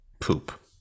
poop